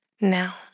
now